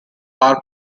are